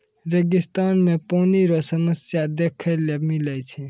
रेगिस्तान मे पानी रो समस्या देखै ले मिलै छै